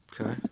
Okay